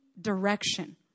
direction